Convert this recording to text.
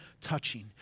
touching